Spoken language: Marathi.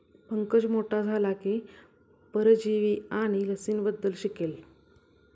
पंकज मोठा झाला की परजीवी आणि लसींबद्दल शिकेल